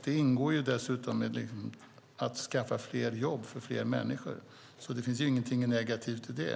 Det ingår dessutom att skaffa fler jobb för fler människor, och det finns ingenting negativt i det.